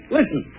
Listen